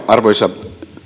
arvoisa